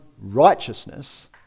righteousness